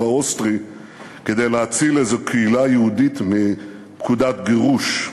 האוסטרי כדי להציל איזו קהילה יהודית מפקודת גירוש.